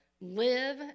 live